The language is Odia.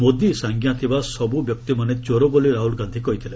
ମୋଦି ସାଙ୍ଗ୍ୟା ଥିବା ସବୁ ବ୍ୟକ୍ତିମାନେ ଚୋରବୋଲି ରାହୁଲ ଗାନ୍ଧୀ କହିଥିଲେ